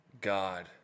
God